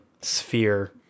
sphere